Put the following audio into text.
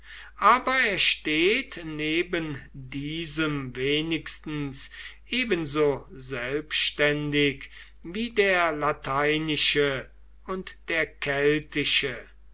aber er steht neben diesem wenigstens ebenso selbständig wie der lateinische und der keltische